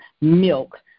milk